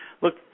Look